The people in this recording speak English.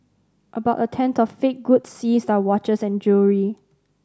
about a tenth of fake goods seized are watches and jewellery